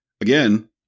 again